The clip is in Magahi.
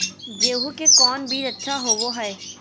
गेंहू के कौन बीज अच्छा होबो हाय?